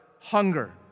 hunger